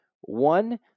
one